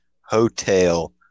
hotel